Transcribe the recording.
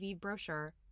brochure